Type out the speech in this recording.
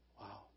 Wow